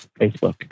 facebook